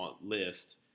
list